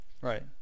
Right